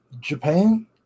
Japan